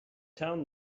town